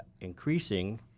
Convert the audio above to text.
increasing